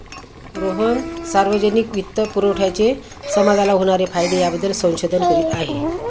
रोहन सार्वजनिक वित्तपुरवठ्याचे समाजाला होणारे फायदे याबद्दल संशोधन करीत आहे